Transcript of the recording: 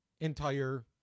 entire